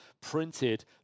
printed